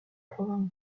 province